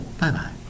Bye-bye